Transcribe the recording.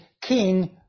king